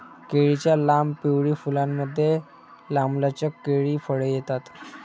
केळीच्या लांब, पिवळी फुलांमुळे, लांबलचक केळी फळे येतात